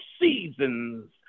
seasons